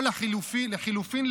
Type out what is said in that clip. או לחלופין,